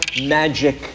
magic